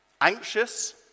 anxious